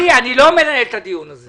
אני לא מנהל את הדיון הזה.